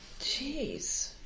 Jeez